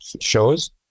shows